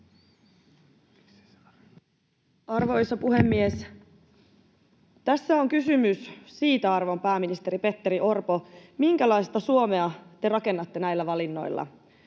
Arvoisa puhemies! Tässä on kysymys siitä, arvon pääministeri Petteri Orpo, minkälaista Suomea te rakennatte näillä valinnoilla.